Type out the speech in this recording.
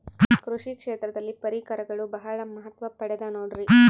ಕೃಷಿ ಕ್ಷೇತ್ರದಲ್ಲಿ ಪರಿಕರಗಳು ಬಹಳ ಮಹತ್ವ ಪಡೆದ ನೋಡ್ರಿ?